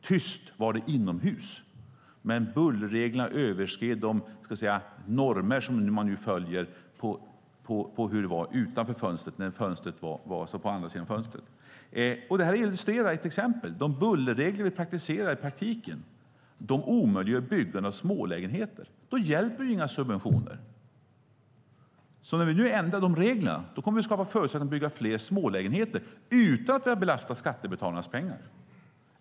Det var tyst inomhus, men bullerreglerna innebar att bullret på andra sidan fönstret överskred de normer man nu följer. Detta illustrerar att de bullerregler vi praktiserar omöjliggör byggande av smålägenheter. Då hjälper inga subventioner. När vi nu ändrar reglerna kommer vi att skapa förutsättningar för att bygga fler smålägenheter, utan att vi har belastat skattebetalarnas pengar.